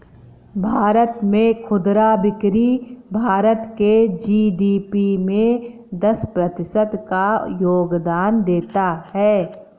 भारत में खुदरा बिक्री भारत के जी.डी.पी में दस प्रतिशत का योगदान देता है